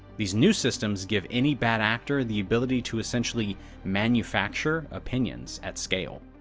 these new systems give any bad actor the ability to essentially manufacture opinions at scale.